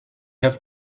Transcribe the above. have